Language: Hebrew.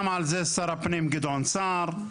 חתם על זה שר הפנים גדעון סער.